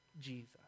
Jesus